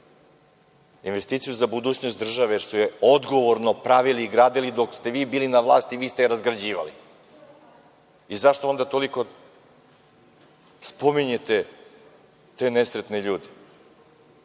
investiciju za budućnost države, jer su je odgovorno pravili i gradili, dok ste vi bili na vlasti vi ste je razgrađivali. Zašto onda toliko spominjete te nesrećne ljude? Samo